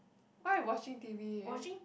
why you watching t_v eh